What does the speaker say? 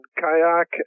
kayak